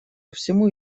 всему